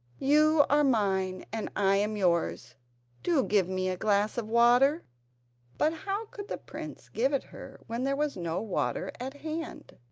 you are mine and i am yours do give me a glass of water but how could the prince give it her when there was no water at hand?